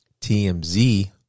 TMZ